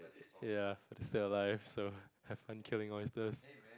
ya still alive so have to killing monsters